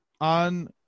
on